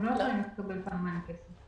הם לא יכולים לקבל פעמיים כסף.